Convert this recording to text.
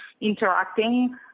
interacting